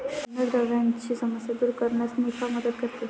अन्नद्रव्यांची समस्या दूर करण्यास निफा मदत करते